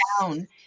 down